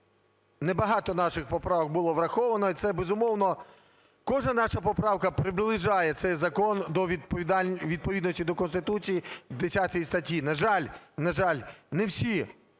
Небагато наших поправок було враховано, і це безумовно кожна наша поправка приближає цей закон до відповідності Конституції 10 статті. На жаль, на